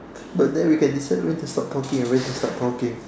but then we can decide when to stop talking and when to start talking